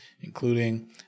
including